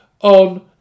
on